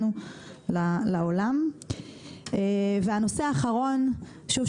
הנושא האחרון שאני חושבת שזאת הבשורה של הממשלה הזאת,